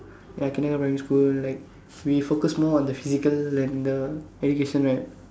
ya kindergarten primary school like we focus more on the physical and the education right